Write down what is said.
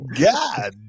God